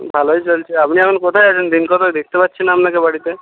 ভালোই চলছে আপনি এখন কোথায় আছেন দিনকতক দেখতে পাচ্ছি না আপনাকে বাড়িতে